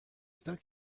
stuck